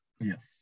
yes